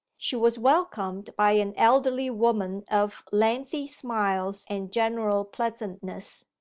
she was welcomed by an elderly woman of lengthy smiles and general pleasantness,